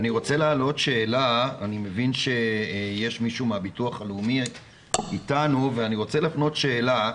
אני מבין שיש איתנו מישהו מן הביטוח הלאומי ואני רוצה להפנות שאלה.